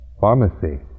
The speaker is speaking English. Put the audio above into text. pharmacy